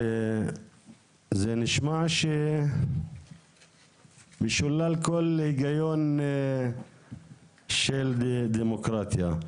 זה נשמע משולל כל היגיון של דמוקרטיה,